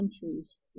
countries